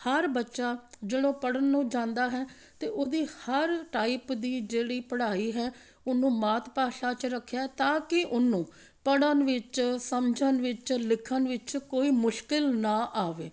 ਹਰ ਬੱਚਾ ਜਿਹੜੋ ਪੜ੍ਹਨ ਨੂੰ ਜਾਂਦਾ ਹੈ ਅਤੇ ਉਹਦੀ ਹਰ ਟਾਈਪ ਦੀ ਜਿਹੜੀ ਪੜ੍ਹਾਈ ਹੈ ਉਹਨੂੰ ਮਾਤ ਭਾਸ਼ਾ 'ਚ ਰੱਖਿਆ ਤਾਂ ਕਿ ਉਹਨੂੰ ਪੜ੍ਹਨ ਵਿੱਚ ਸਮਝਣ ਵਿੱਚ ਲਿਖਣ ਵਿੱਚ ਕੋਈ ਮੁਸ਼ਕਿਲ ਨਾ ਆਵੇ